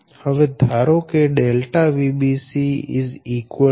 હવે ધારો કે ΔVbc a